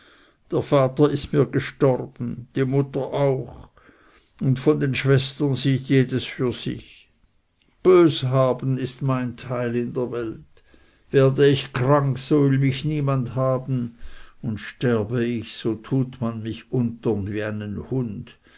der vater ist gestorben die mutter auch und von den schwestern sieht jedes für sich böshaben ist mein teil in der welt werde ich krank so will mich niemand haben und sterbe ich so tut man mich untern wie einen hund